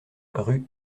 rue